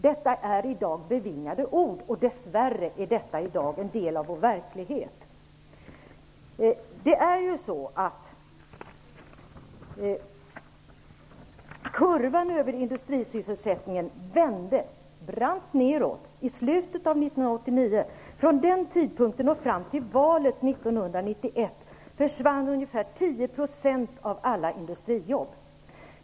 Detta är i dag bevingade ord. Dess värre är detta i dag en del av vår verklighet. Kurvan över industrisysselsättningen vände brant neråt i slutet av 1989. Från den tidpunkten och fram till valet 1991 försvann ungefär 10 % av alla industrijobb.